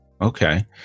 Okay